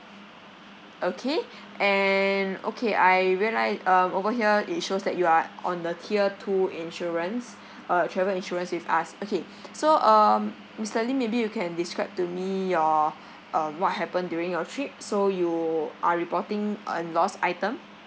okay and okay I reali~ um over here it shows that you are on the tier two insurance uh travel insurance with us okay so um mister lim maybe you can describe to me your um what happened during your trip so you are reporting on lost item